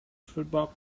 football